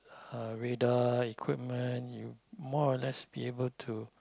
uh radar equipment you more or less be able to